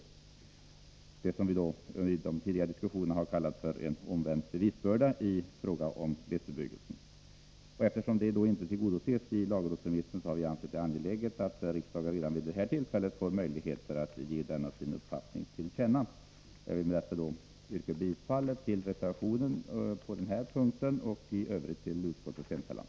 Det är detta som vi itidigare diskussioner har kallat omvänd bevisbörda i fråga om glesbebyggelse. Eftersom det önskemålet inte är tillgodosett i lagrådsremissen har vi ansett det angeläget att riksdagen redan vid detta tillfälle ges möjlighet att ge denna sin uppfattning till känna. Jag vill med detta yrka bifall till reservationen på denna punkt och i övrigt till utskottets hemställan.